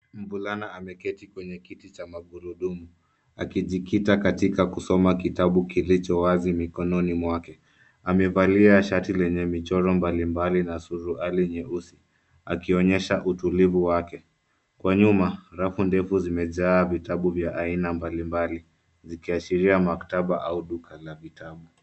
Mvulana ameketi kwenye kiti cha magurudumu, akijikita katika kusoma kitabu kilicho wazi mikononi mwake. Amevalia shati lenye michoro mbalimbali na nyeusi, akionyesha utulivu wake. Kwa nyuma, rafu ndefu zimejaa vitabu vya aina mbalimbali, zikiashiria maktaba au duka la vitabu.